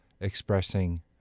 expressing